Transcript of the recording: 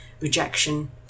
rejection